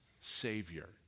savior